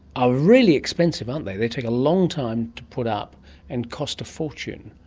ah really expensive, aren't they. they take a long time to put up and cost a fortune,